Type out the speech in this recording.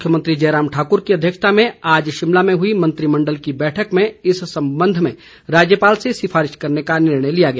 मुख्यमंत्री जयराम ठाक्र की अध्यक्षता में आज शिमला में हुई मंत्रिमंडल की बैठक में इस संबंध में राज्यपाल से सिफारिश करने का निर्णय लिया गया